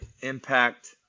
impact